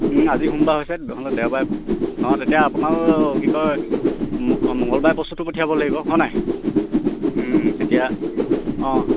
আজি সোমবাৰ হৈছে নহ'লে দেওবাৰে অঁ তেতিয়া আপোনাৰো কি কয় মঙ্গলবাৰে বস্তুটো পঠিয়াব লাগিব হয় নাই তেতিয়া অঁ